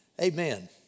Amen